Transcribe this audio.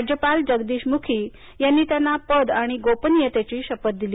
राज्यपाल जगदीश मुखी यांनी त्यांना पद आणि गोपनीयतेची शपथ दिली